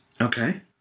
Okay